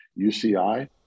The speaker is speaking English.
UCI